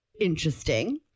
interesting